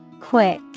Quick